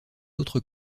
autres